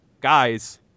guys